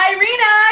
Irina